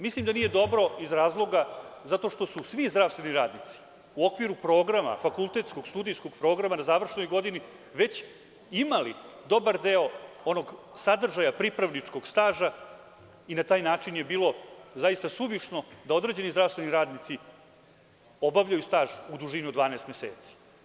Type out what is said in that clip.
Mislim da nije dobro, iz razloga što su svi zdravstveni radnici u okviru programa, fakultetskog, studijskog programa, na završnoj godini već imali dobar deo onog sadržaja pripravničkog staža i na taj način je bilo zaista suvišno da određeni zdravstveni radnici obavljaju staž u dužini od 12 meseci.